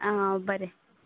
आ बरें